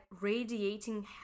radiating